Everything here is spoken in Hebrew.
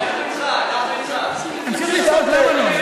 תצעק, תצעק.